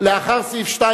לאחרי סעיף 2,